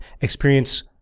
experience